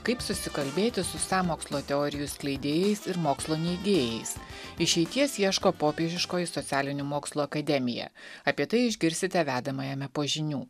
kaip susikalbėti su sąmokslo teorijų skleidėjais ir mokslo neigėjais išeities ieško popiežiškoji socialinių mokslų akademija apie tai išgirsite vedamajame po žinių